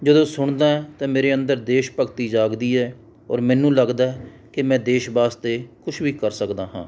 ਜਦੋਂ ਸੁਣਦਾ ਹਾਂ ਤਾਂ ਮੇਰੇ ਅੰਦਰ ਦੇਸ਼ ਭਗਤੀ ਜਾਗਦੀ ਹੈ ਔਰ ਮੈਨੂੰ ਲੱਗਦਾ ਕਿ ਮੈਂ ਦੇਸ਼ ਵਾਸਤੇ ਕੁਛ ਵੀ ਕਰ ਸਕਦਾ ਹਾਂ